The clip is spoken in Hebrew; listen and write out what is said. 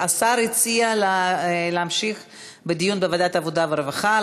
השר הציע להמשיך בדיון בוועדת העבודה והרווחה.